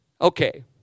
okay